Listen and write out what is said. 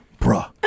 bruh